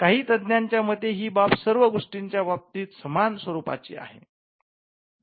काही तज्ञांच्या मते ही बाब सर्व गोष्टींच्या बाबतीत समान स्वरूपाची आहे